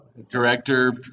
Director